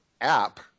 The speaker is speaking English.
app